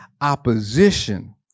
opposition